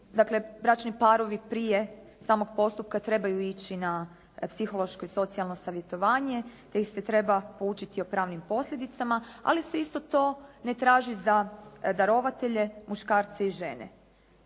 Dakle bračni parovi prije samog postupka trebaju ići na psihološko i socijalno savjetovanje te ih se treba poučiti o pravnim posljedicama ali se isto to ne traži za darovatelje, muškarce i žene.